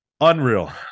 Unreal